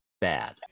bad